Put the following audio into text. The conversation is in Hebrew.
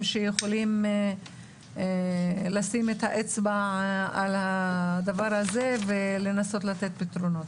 שיכולים לשים את האצבע על הדבר הזה ולנסות לתת פתרונות.